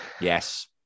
Yes